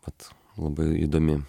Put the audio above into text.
bet labai įdomi